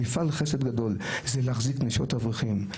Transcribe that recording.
מפעל חסד גדול זה להחזיק נשות אברכים.